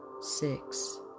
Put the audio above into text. six